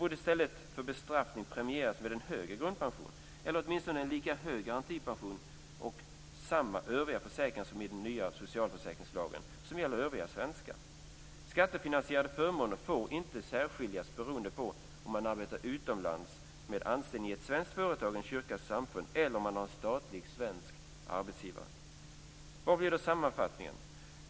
I stället för bestraffning borde de premieras med en högre grundpension eller åtminstone en lika hög garantipension och samma försäkringar som gäller övriga svenskar i den nya socialförsäkringslagen. Skattefinansierade förmåner får inte skilja beroende på om man arbetar utomlands med anställning i ett svenskt företag, en kyrka eller ett samfund eller om man har en statlig svensk arbetsgivare. Vad blir då sammanfattningen?